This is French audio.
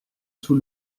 sous